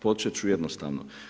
Počet ću jednostavno.